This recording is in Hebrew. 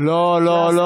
לא לא לא,